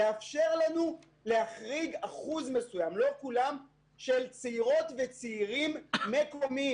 להחריג אחוז מסוים של צעירות וצעירים מקומיים,